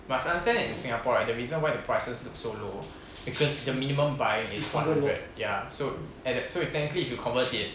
must understand in singapore right the reason why the prices look so low because the minimum buy in is one hundred ya so at the so you technically if you convert it